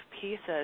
pieces